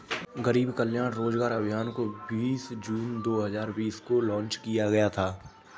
गरीब कल्याण रोजगार अभियान को बीस जून दो हजार बीस को लान्च किया गया था